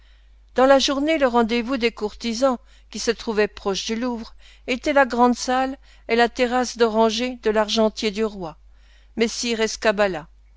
dans la journée le rendez-vous des courtisans qui se trouvait proche du louvre était la grand'salle et la terrasse d'orangers de l'argentier du roi messire escabala